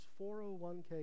401k